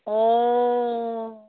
अ